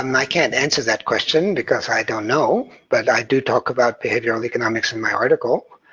um i can't answer that question because i don't know, but i do talk about behavioral economics in my article.